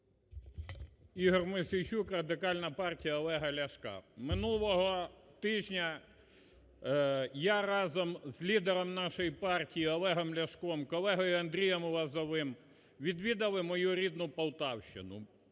Ігор Мосійчук, Радикальна партія Олега Ляшка. Минулого тижня я разом з лідером нашої партії Олегом Ляшком, колегою Андрієм Лозовим відвідали мою рідну Полтавщину.